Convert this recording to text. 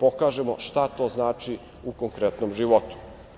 pokažemo šta to znači u konkretnom životu.